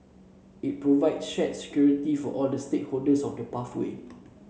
it provide shared security for all the stakeholders of the pathway